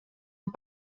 amb